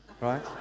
Right